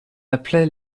appelait